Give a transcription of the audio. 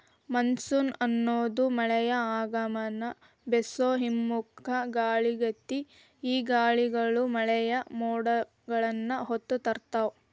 monsoon ಅನ್ನೋದು ಮಳೆಯ ಆಗಮನದ ಬೇಸೋ ಹಿಮ್ಮುಖ ಗಾಳಿಯಾಗೇತಿ, ಈ ಗಾಳಿಗಳು ಮಳೆಯ ಮೋಡಗಳನ್ನ ಹೊತ್ತು ತರ್ತಾವ